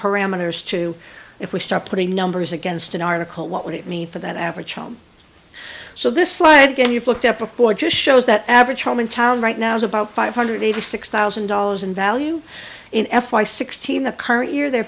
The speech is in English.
parameters to if we start putting numbers against an article what would it mean for that average child so this lie again you've looked at before just shows that average home in town right now is about five hundred eighty six thousand dollars in value in f y sixteen the current year they're